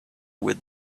with